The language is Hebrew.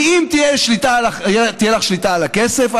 כי אם תהיה לך שליטה על הכסף,